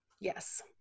yes